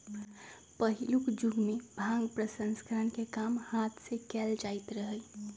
पहिलुक जुगमें भांग प्रसंस्करण के काम हात से कएल जाइत रहै